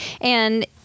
And-